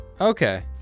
Okay